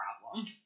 problem